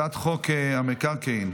אני מודיע שהצעת חוק בתי המשפט